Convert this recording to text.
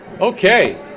Okay